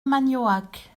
magnoac